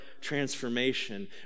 transformation